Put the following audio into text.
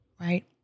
right